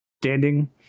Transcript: standing